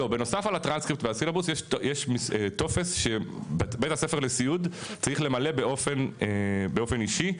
יש טופס שבית הספר לסיעוד צריך למלא באופן אישי,